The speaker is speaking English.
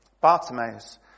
Bartimaeus